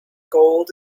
gold